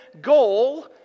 goal